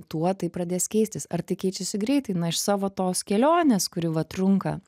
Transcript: tuo tai pradės keistis ar tai keičiasi greitai na iš savo tos kelionės kuri va trunka